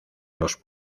los